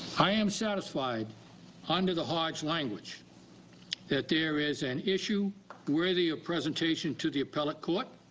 i am satisfied under the harsh language that there is an issue worthy of presentation to the appellate court.